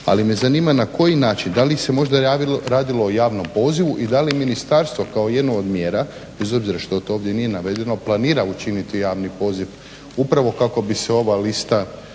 Ali me zanima na koji način? Da li se možda radilo o javnom pozivu i da li ministarstvo kao jednu od mjera bez obzira što to ovdje nije navedeno planira učiniti javni poziv upravo kako bi se ova lista